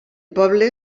poble